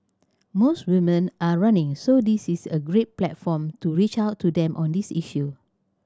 mores women are running so this is a great platform to reach out to them on this issue